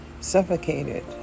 suffocated